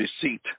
deceit